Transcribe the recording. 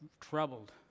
troubled